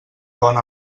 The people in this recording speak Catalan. pont